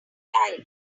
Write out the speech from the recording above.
futile